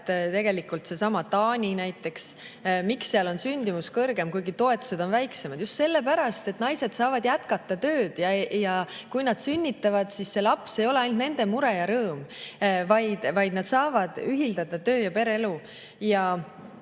kõrgem. Seesama Taani näiteks. Miks on seal sündimus kõrgem, kuigi toetused on väiksemad? Just sellepärast, et naised saavad jätkata tööd. Ja kui nad sünnitavad, siis see laps ei ole ainult nende mure ja rõõm, vaid nad saavad ühildada töö- ja pereelu.